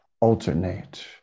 alternate